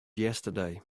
yesterday